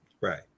right